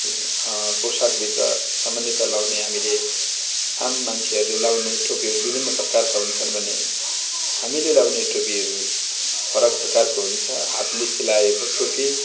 पोसाकभित्र सामान्यतः लगाउने हामीले आम मान्छेहरूले लगाउने टोपीहरू विभिन्न प्रकारका हुन्छन् भने हामीले लगाउने टोपीहरू फरक प्रकारको हुन्छ हातले सिलाएको टोपी